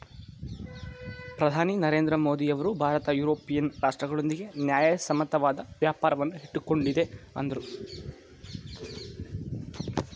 ಪ್ರಧಾನಿ ನರೇಂದ್ರ ಮೋದಿಯವರು ಭಾರತ ಯುರೋಪಿಯನ್ ರಾಷ್ಟ್ರಗಳೊಂದಿಗೆ ನ್ಯಾಯಸಮ್ಮತವಾದ ವ್ಯಾಪಾರವನ್ನು ಇಟ್ಟುಕೊಂಡಿದೆ ಅಂದ್ರು